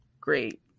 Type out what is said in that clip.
great